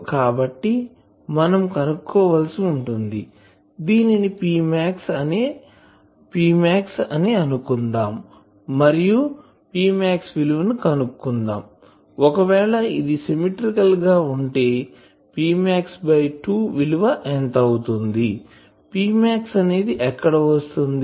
కాబట్టి మనం కనుక్కోవాల్సి ఉంటుంది దీనిని Pmax అనుకుందాం మరియు కనుక్కుందాం ఒకవేళ ఇది సిమ్మెట్రీకల్ గా ఉంటే Pmax 2 విలువ ఎంత అవుతుంది Pmax అనేది ఎక్కడ వస్తుంది